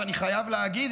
ואני חייב להגיד,